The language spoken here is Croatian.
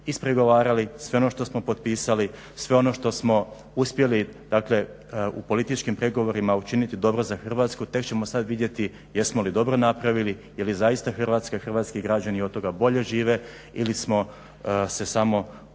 ispregovarali, sve ono što smo potpisali, sve ono što smo uspjeli dakle u političkim pregovorima učiniti dobro za Hrvatsku tek ćemo sad vidjeti jesmo li dobro napravili je li zaista Hrvatska i hrvatski građani od toga bolje žive ili smo se samo